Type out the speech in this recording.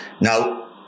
Now